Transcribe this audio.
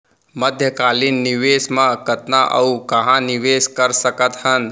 मध्यकालीन निवेश म कतना अऊ कहाँ निवेश कर सकत हन?